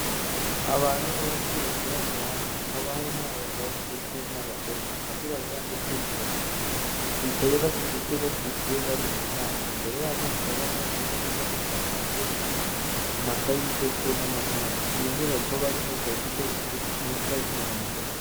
Abantu benshi bateraniye hamwe, hakaba harimo abagabo ndetse n'abagore abirabura ndetse n'abazungu, bicaye bacecetse bakurikiye bari mu nama, imbere yabo hakaba hari imeza iriho amazi yo kunywa, amakayi ndetse n'amakaramu, iyo nyubako barimo ikaba ifite inkuta z'umuhondo.